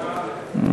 מס'